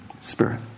Spirit